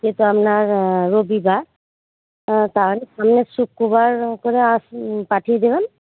কালকে তো আপনার রবিবার তাহলে সামনের শুক্রবার করে আসুন পাঠিয়ে দেবেন